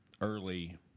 early